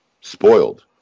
Spoiled